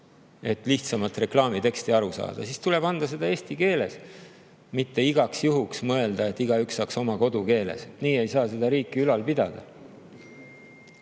et lihtsamast reklaamitekstist aru saada, siis tuleb anda seda eesti keeles, mitte igaks juhuks mõelda, et igaüks peaks saama oma kodukeeles. Nii ei saa seda riiki ülal pidada.